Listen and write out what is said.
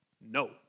No